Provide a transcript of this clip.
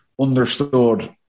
understood